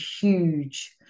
huge